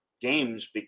games